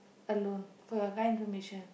alone for your kind information